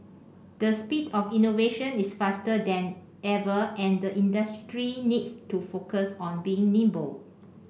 the speed of innovation is faster than ever and the industry needs to focus on being nimble